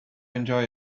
enjoy